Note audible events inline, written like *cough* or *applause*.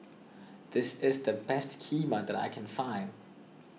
*noise* this is the best Kheema that I can find